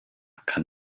kann